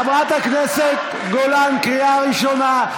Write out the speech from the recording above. חברת הכנסת גולן, קריאה ראשונה.